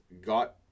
got